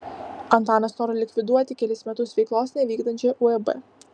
antanas nori likviduoti kelis metus veiklos nevykdančią uab